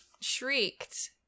shrieked